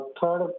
Third